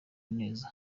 neza